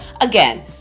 again